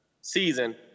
season